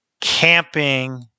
camping